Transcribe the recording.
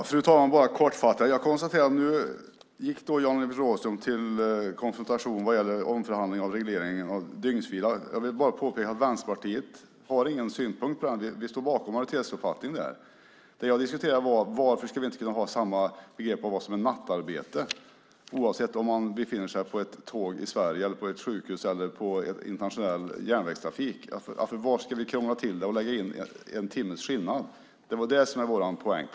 Fru talman! Nu gick Jan-Evert Rådhström till konfrontation när det gäller omförhandling av regleringen av dygnsvila. Jag vill bara påpeka att Vänsterpartiet inte har någon synpunkt på det. Vi står bakom majoritetsuppfattningen där. Jag diskuterade varför vi inte ska kunna ha samma begrepp om vad som är nattarbete oavsett om man befinner sig på ett tåg i Sverige, på ett sjukhus eller i internationell järnvägstrafik. Varför ska vi krångla till det och lägga in en timmes skillnad? Det var vår poäng.